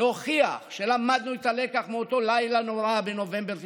להוכיח שלמדנו את הלקח מאותו לילה נורא בנובמבר 95'